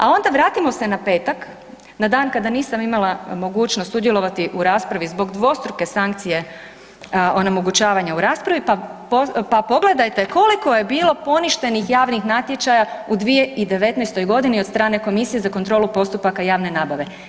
A onda vratimo se na petak, na dan kada nisam imala mogućnost sudjelovati u raspravi zbog dvostruke sankcije onemogućavanja u raspravi, pa pogledajte koliko je bilo poništenih javnih natječaja u 2019. godini od strane Komisije za kontrolu postupaka javne nabave.